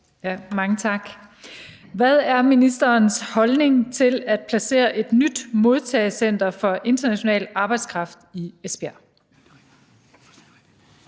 (V): Mange tak. Hvad er ministerens holdning til at placere et nyt modtagecenter for international arbejdskraft i Esbjerg?